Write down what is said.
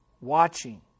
watching